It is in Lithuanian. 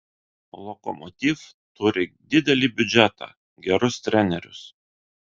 lokomotiv turi didelį biudžetą gerus trenerius